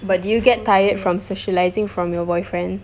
but you get tired from socialising from your boyfriend